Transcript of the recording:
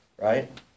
right